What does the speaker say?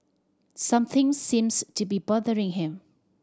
something seems to be bothering him